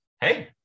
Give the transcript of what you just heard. hey